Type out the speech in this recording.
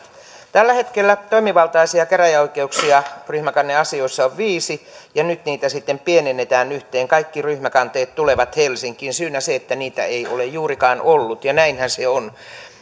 tällä hetkellä toimivaltaisia käräjäoikeuksia ryhmäkanneasioissa on viisi ja nyt niitä sitten pienennetään yhteen kaikki ryhmäkanteet tulevat helsinkiin syynä se että niitä ei ei ole juurikaan ollut ja näinhän se on